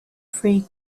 three